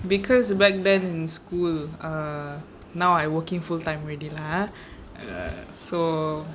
because back then in school ah now I working full-time already lah ah so